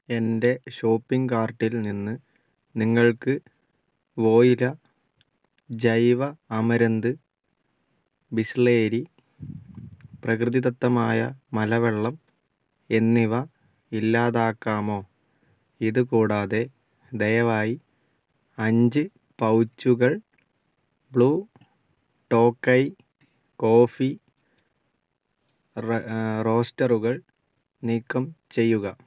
എന്റെ ഷോപ്പിംഗ് കാർട്ടിൽ നിന്ന് നിങ്ങൾക്ക് വോയില ജൈവ അമരന്ത് ബിസ്ലേരി പ്രകൃതിദത്തമായ മലവെള്ളം എന്നിവ ഇല്ലാതാക്കാമോ ഇത് കൂടാതെ ദയവായി അഞ്ച് പൗച്ചുകൾ ബ്ലൂ ടോക്കൈ കോഫി റോസ്റ്ററുകൾ നീക്കം ചെയ്യുക